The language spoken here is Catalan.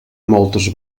moltes